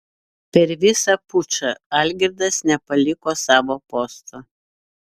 per visą pučą algirdas nepaliko savo posto